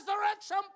resurrection